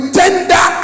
tender